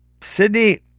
Sydney